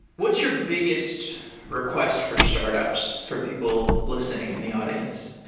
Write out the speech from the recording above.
what's your biggest request for startups, for people listening in the audience?